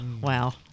wow